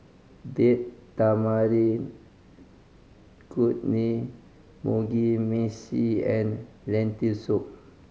Date Tamarind Chutney Mugi Meshi and Lentil Soup